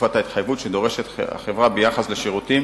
תקופת ההתחייבות שדורשת החברה ביחס לשירותים